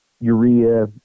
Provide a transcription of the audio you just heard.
urea